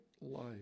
life